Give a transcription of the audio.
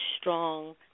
strong